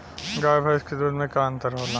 गाय भैंस के दूध में का अन्तर होला?